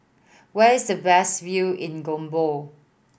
where is the best view in Gabon